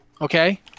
Okay